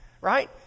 right